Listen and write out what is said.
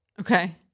Okay